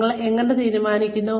നിങ്ങൾ എങ്ങനെ തീരുമാനിക്കും